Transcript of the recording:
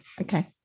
Okay